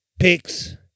picks